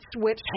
switch